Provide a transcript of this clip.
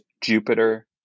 Jupiter